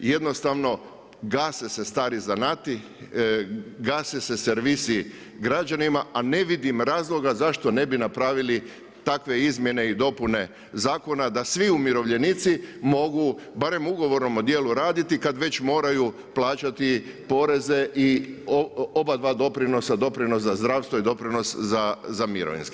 Jednostavno gase se stari zanati, gase se servisi građanima a ne vidim razloga zašto ne bi napravili takve izmjene i dopuna zakona da svi umirovljenici mogu barem ugovorom o djelu raditi kad već moraju plaćati poreze i oba dva doprinosa, doprinos za zdravstvo i doprinos za mirovinski.